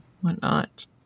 whatnot